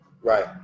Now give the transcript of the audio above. Right